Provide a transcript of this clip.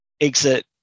exit